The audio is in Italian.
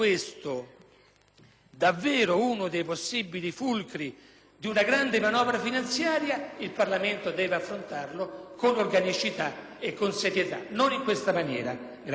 davvero uno dei possibili fulcri di una grande manovra finanziaria, il Parlamento deve affrontarlo con organicità e con serietà e non in questa maniera.